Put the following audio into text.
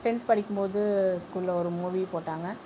tenth படிக்கும் போது ஸ்கூலில் ஒரு மூவி போட்டாங்கள்